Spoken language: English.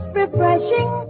refreshing